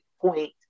point